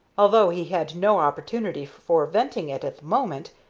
although he had no opportunity for venting it at the moment,